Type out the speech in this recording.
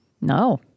No